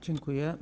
Dziękuję.